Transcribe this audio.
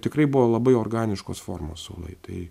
tikrai buvo labai organiškos formos suolai tai